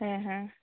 ᱦᱮᱸ ᱦᱮᱸ